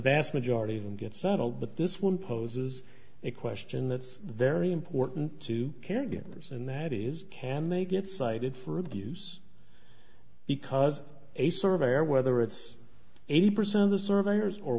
vast majority of them get settled but this one poses a question that's very important to caregivers and that is can they get cited for abuse because a survey or whether it's eighty percent of the surveyors or